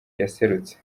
yaserutse